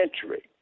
century